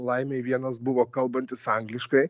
laimei vienas buvo kalbantis angliškai